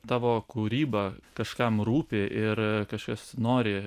tavo kūryba kažkam rūpi ir kažkas nori